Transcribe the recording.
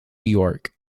york